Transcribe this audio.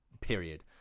period